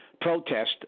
protest